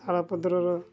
ଶାଳପତ୍ରର